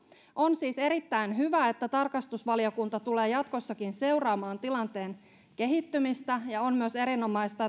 on siis erittäin hyvä että tarkastusvaliokunta tulee jatkossakin seuraamaan tilanteen kehittymistä ja on myös erinomaista